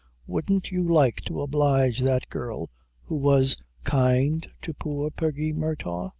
wouldn't you like to oblige that girl who was kind to poor peggy murtagh?